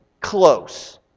close